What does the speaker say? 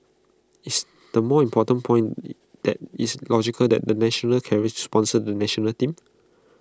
is the more important point that it's logical the the national carriers sponsor the National Team